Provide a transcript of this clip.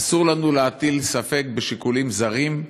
אסור לנו להטיל ספק, שיקולים זרים,